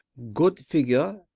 good figure.